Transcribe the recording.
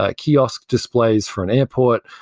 ah kiosk displays for an airport.